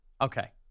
Okay